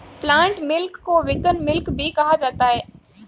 plant milk को vegan milk भी कहा जाता है